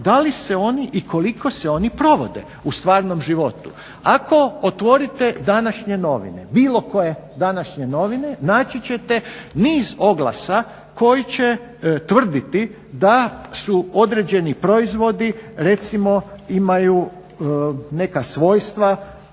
da li se oni i koliko se oni provode u stvarnom životu. Ako otvorite današnje novine, bilo koje današnje novine, naći ćete niz oglasa koji će tvrditi da su određeni proizvodi recimo imaju neka svojstva